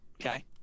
Okay